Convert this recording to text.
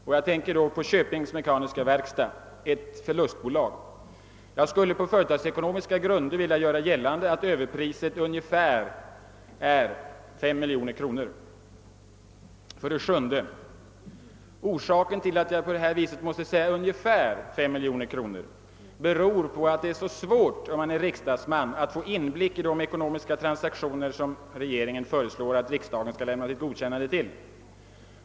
Jag tänker då på Köpings mekaniska verkstad, ett förlustbolag. Jag skulle på företagsekonomiska grunder vilja göra gällande att överpriset är ungefär 5 miljoner kronor. 7. Orsaken till att jag måste säga ungefär 5 miljoner kronor är att det är svårt för en riksdagsman att få inblick i de ekonomiska transaktioner som regeringen föreslår att riksdagen skali godkänna.